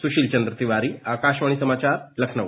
सुशील चंद्र तिवारी आकाशवाणी समाचार लखनऊ